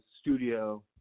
studio